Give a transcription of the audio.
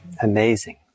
amazing